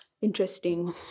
Interesting